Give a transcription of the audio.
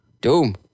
Doom